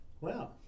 Wow